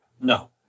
No